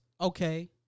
okay